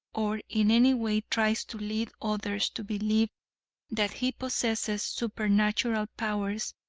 or in any way tries to lead others to believe that he possesses supernatural powers,